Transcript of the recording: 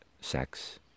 sex